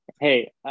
Hey